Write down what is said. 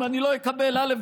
אם אני לא אקבל א',